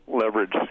leverage